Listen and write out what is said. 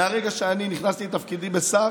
מרגע שנכנסתי לתפקידי כשר,